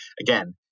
Again